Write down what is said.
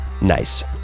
Nice